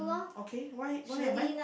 okay why why am I